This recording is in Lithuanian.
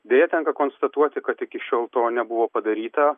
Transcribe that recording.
deja tenka konstatuoti kad iki šiol to nebuvo padaryta